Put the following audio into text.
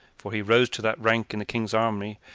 for he rose to that rank in the king's army,